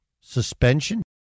suspension